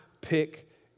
pick